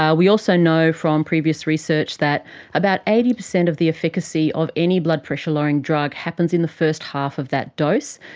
ah we also know from previous research that about eighty percent of the efficacy of any blood pressure lowering drug happens in the first half of that dose,